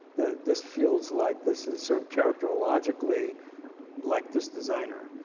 this feels like this is sort of characterologically like this designer.